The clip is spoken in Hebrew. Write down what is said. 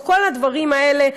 או כל הדברים האלה: